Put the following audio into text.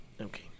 okay